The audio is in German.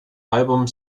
album